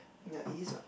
there is what